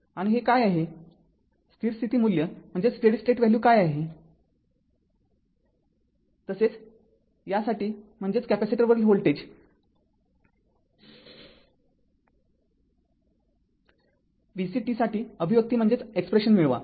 आणि ic ∞ हे काय आहे स्थिर स्थिती मूल्य काय आहे तसेच vc t साठी म्हणजेच कॅपेसिटरवरील व्होल्टेज vc t साठी अभिव्यक्ती मिळवा